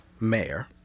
mayor